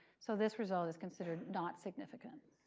so this result is considered not significant.